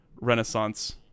renaissance